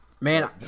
Man